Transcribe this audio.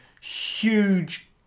huge